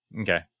Okay